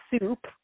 soup